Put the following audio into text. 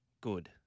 good